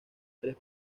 tres